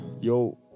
Yo